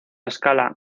escala